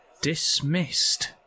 Dismissed